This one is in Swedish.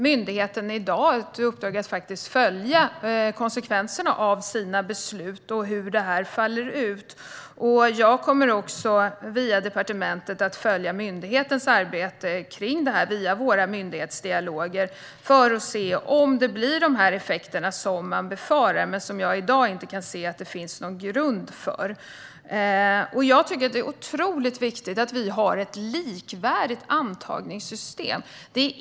Myndigheten har i uppdrag att följa konsekvenserna av sina beslut och hur detta faller ut. Jag kommer också via departementet att följa myndighetens arbete kring detta genom våra myndighetsdialoger för att se om det blir de effekter som man befarar - men som jag inte i dag kan se att det finns någon grund för. Det är viktigt att vi har ett likvärdigt antagningssystem.